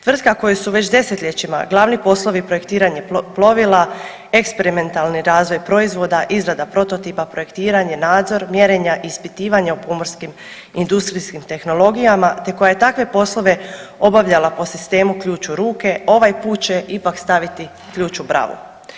Tvrtka koju su već desetljećima glavni poslovi projektiranje plovila, eksperimentalni razvoj proizvoda, izrada prototipa, projektiranje, nadzor, mjerenja, ispitivanja u pomorskim industrijskim tehnologijama te koja je takve poslove obavljala po sistemu ključ u ruke ovaj put će ipak staviti ključ u bravu.